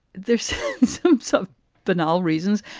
there's so banal reasons.